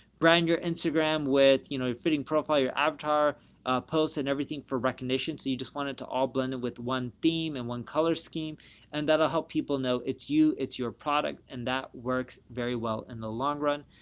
brand your instagram with, you know, your fitting profile, your avatar posts and everything for recognition. so you just want it to all blend in with one theme and one color scheme and that'll help people know it's you, it's your product and that works very well in the long run.